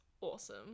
awesome